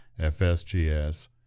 FSGS